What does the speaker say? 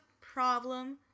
problem